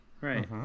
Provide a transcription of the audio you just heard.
Right